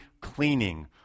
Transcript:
cleaning